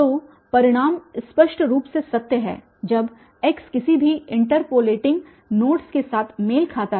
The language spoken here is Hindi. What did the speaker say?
तो परिणाम स्पष्ट रूप से सत्य है जब x किसी भी इंटरपोलेटिंग नोड्स के साथ मेल खाता है